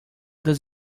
does